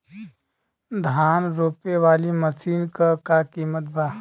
धान रोपे वाली मशीन क का कीमत बा?